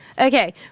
Okay